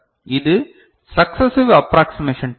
இது successive approximation type